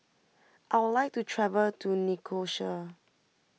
I would like to travel to Nicosia